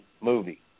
movie